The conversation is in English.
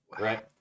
Right